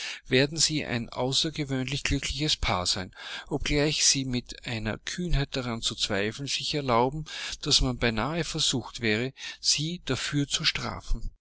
werden sie ein außergewöhnlich glückliches paar sein obgleich sie mit einer kühnheit daran zu zweifeln sich erlauben daß man beinahe versucht wäre sie dafür zu strafen